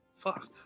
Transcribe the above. Fuck